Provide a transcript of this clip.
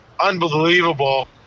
unbelievable